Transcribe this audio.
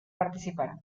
participar